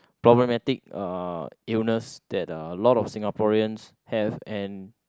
problematic uh illness that uh a lot of Singaporeans have and